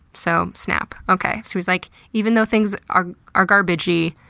so, snap. okay? he was like, even though things are are garbagey,